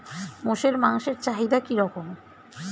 মোষের মাংসের চাহিদা কি রকম?